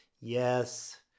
yes